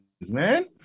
man